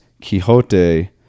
Quixote